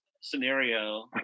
scenario